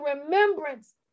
remembrance